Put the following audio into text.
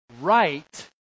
right